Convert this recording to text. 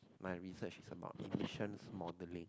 my research is about emissions modeling